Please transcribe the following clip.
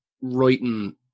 writing